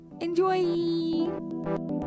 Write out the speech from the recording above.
Enjoy